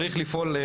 צריך לפעול .